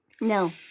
No